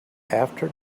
after